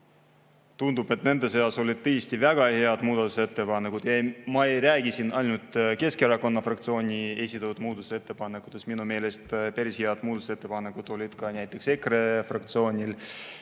tundub, et nende seas on tõesti väga head muudatusettepanekud. Ma ei räägi siin ainult Keskerakonna fraktsiooni esitatud muudatusettepanekutest, minu meelest päris head ettepanekud olid ka näiteks EKRE fraktsioonil.